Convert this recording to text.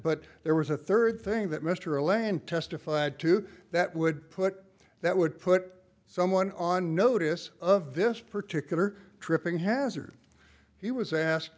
but there was a third thing that mr lane testified to that would put that would put someone on notice of this particular tripping hazard he was asked